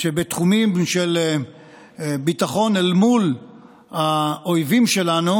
שבתחומים של ביטחון אל מול האויבים שלנו